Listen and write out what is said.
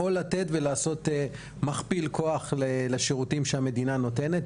או לתת ולעשות מכפיל כוח לשירותים שהמדינה נותנת.